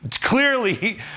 clearly